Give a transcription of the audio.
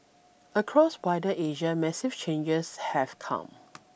across wider Asia massive changes have come